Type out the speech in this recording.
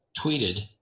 tweeted